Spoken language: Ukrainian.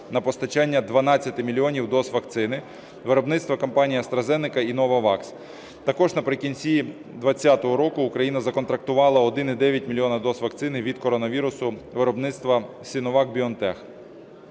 на постачання 12 мільйонів доз вакцини виробництва компаній AstraZeneca і Novavax. Також наприкінці 2020 року Україна законтрактувала 1,9 мільйона доз вакцини від коронавірусу виробництва Sinovac Biotech.